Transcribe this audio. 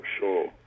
sure